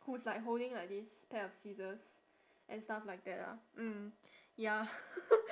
who's like holding like this pair of scissors and stuff like that ah mm ya